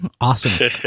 Awesome